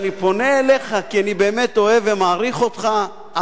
ואני פונה אליך כי אני באמת אוהב ומעריך אותך,